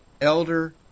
elder